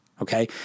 okay